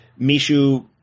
Mishu